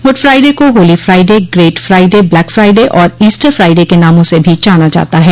good Friday को holy Friday great Friday black Friday और Easter Friday के नामों से भी जाना जाता है